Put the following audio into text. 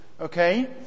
okay